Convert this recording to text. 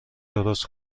درست